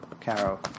caro